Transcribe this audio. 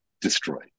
destroyed